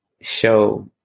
show